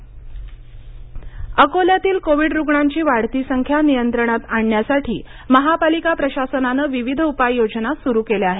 उपाययोजना अकोल्यातील कोविड रुग्णांची वाढती संख्या नियंत्रणात आणण्यासाठी महापालिका प्रशासनानं विविध उपाययोजना सुरू केल्या आहेत